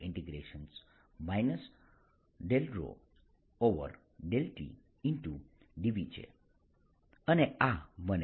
JdV ∂ρ∂t dV છે અને આ મને